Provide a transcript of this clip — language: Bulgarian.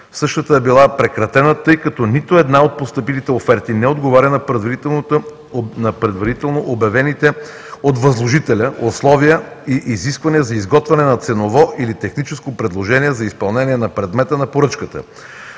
същата е била прекратена, тъй като нито една от постъпилите оферти не отговаря на предварително обявените от възложителя условия и изисквания за изготвяне на ценово или техническо предложение за изпълнение на предмета на поръчката.